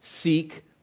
seek